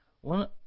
one